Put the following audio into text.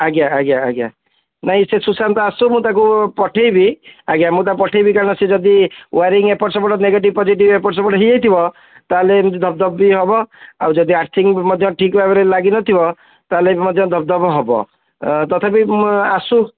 ଆଜ୍ଞା ଆଜ୍ଞା ଆଜ୍ଞା ନାହିଁ ସେ ସୁଶାନ୍ତ ଆସୁ ମୁଁ ତାକୁ ପଠାଇବି ଆଜ୍ଞା ମୁଁ ତାକୁ ପଠାଇବି କାରଣ ସେ ଯଦି ୱାରିଙ୍ଗ୍ ଏପଟ ସେପଟ ନେଗେଟିଭ ପଜେଟିଭ ଏପଟ ସେପଟ ହୋଇଯାଇଥିବ ତାହେଲେ ଏମିତି ଧପ୍ ଧପ୍ ବି ହେବ ଆଉ ଯଦି ଆର୍ଥିଂ ମଧ୍ୟ ଠିକ୍ ଭାବରେ ଲାଗି ନଥିବ ତାହେଲେ ମଧ୍ୟ ଦପ୍ ଦପ୍ ହବ ଅଁ ତଥାପି ମୁଁ ଆସୁ